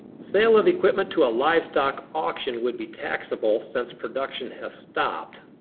sale of equipment to a livestock auction would be taxable since production has stopped.